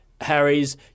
Harry's